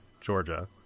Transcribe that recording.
georgia